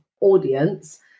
audience